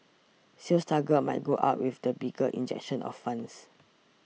sales targets might go up with the bigger injection of funds